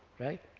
right?